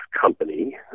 company